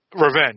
Revenge